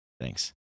Thanks